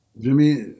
Jimmy